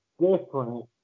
different